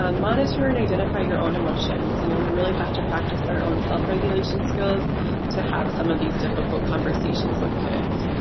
um monitor and identify your own emotions. you know we really have to practice our own self-regulation skills to have some of these difficult conversations with kids.